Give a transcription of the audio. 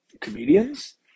comedians